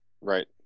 Right